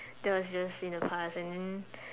that was just in the past and then